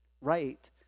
right